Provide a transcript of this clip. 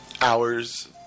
hours